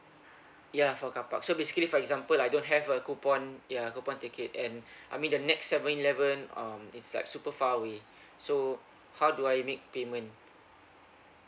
ya for carpark so basically for example I don't have a coupon ya coupon ticket and I mean the next seven eleven um it's like super far away so how do I make payment